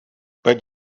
but